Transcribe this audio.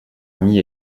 ami